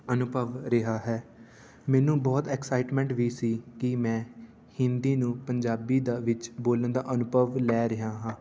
ਅਨੁਭਵ ਰਿਹਾ ਹੈ ਮੈਨੂੰ ਬਹੁਤ ਐਕਸਾਈਟਮੈਂਟ ਵੀ ਸੀ ਕਿ ਮੈਂ ਹਿੰਦੀ ਨੂੰ ਪੰਜਾਬੀ ਦਾ ਵਿੱਚ ਬੋਲਣ ਦਾ ਅਨੁਭਵ ਲੈ ਰਿਹਾ ਹਾਂ